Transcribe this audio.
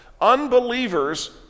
Unbelievers